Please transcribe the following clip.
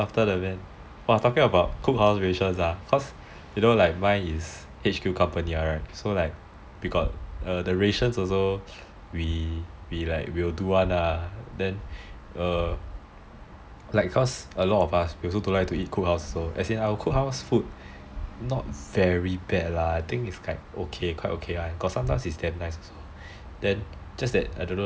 !wah! talking about cook house rations right cause you know mine is H_Q company right so we got the rations also we will do [one] then like cause a lot of us also don't like to eat cook house as in our cook house food not very bad lah I think it's like okay quite okay [one] got some is damn nice also just that I don't know